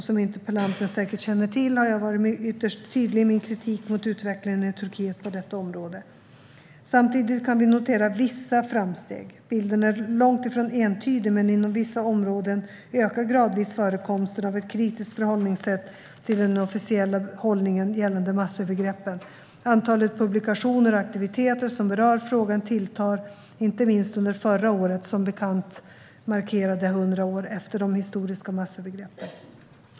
Som interpellanten säkert känner till har jag varit ytterst tydlig i min kritik mot utvecklingen i Turkiet på detta område. Samtidigt kan vi notera vissa framsteg. Bilden är långt ifrån entydig, men inom vissa områden ökar gradvis förekomsten av ett kritiskt förhållningssätt till den officiella hållningen gällande massövergreppen. Antalet publikationer och aktiviteter som berör frågan tilltar, inte minst under förra året. Det året markerade som bekant hundra år efter de historiska massövergreppen.